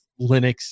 Linux